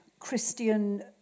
Christian